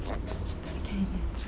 can can